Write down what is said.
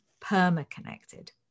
perma-connected